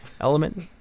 element